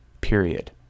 period